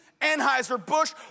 Anheuser-Busch